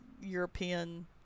European